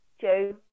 Joe